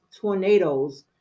tornadoes